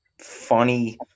funny